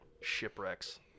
Shipwrecks